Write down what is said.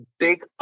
take